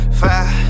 five